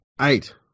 Eight